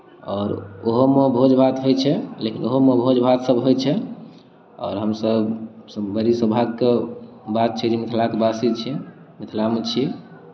आओर ओहोमे भोज भात होइत छै लेकिन ओहोमे भोज भातसभ होइत छै आओर हमसभ बड़ी सौभाग्यके बात छै जे मिथिलाके वासी छियै मिथिलामे छी